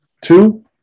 two